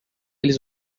eles